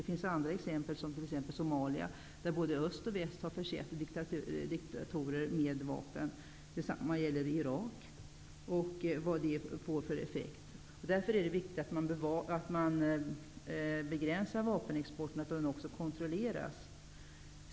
Ett annat exempel är Somalia, där både öst och väst har för sett diktatorer med vapen. Detsamma gäller Irak. Vi ser vad det får för ef fekt. Därför är det viktigt att man begränsar vapen exporten och att den kontrolleras.